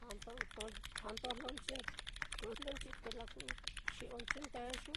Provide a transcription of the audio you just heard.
Ja'a-ja'a ndojlonchi kɨjlɨnchi, te la xi'onchi ndeyu,